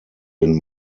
den